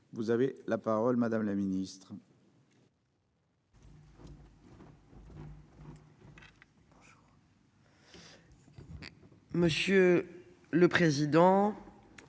Vous avez la parole. Madame la ministre.